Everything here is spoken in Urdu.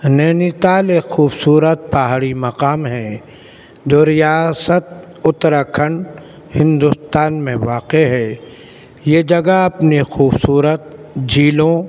نینی تال ایک خوبصورت پہاڑی مقام ہے جو ریاست اتراکھنڈ ہندوستان میں واقع ہے یہ جگہ اپنے خوبصورت جھیلوں